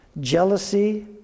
jealousy